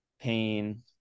pain